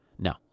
No